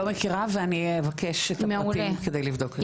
אני לא מכירה ואני אבקש את הפרטים כדי לבדוק את זה.